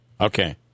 Okay